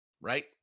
right